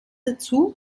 dazu